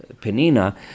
Penina